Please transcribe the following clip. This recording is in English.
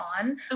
on